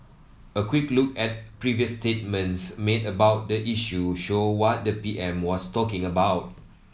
a quick look at previous statements made about the issue show what the P M was talking about